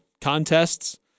contests